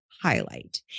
highlight